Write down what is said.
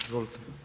Izvolite.